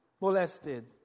molested